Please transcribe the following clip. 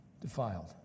defiled